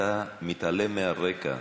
ואתה מתעלם מהרקע.